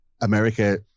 America